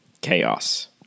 chaos